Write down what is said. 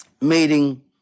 meeting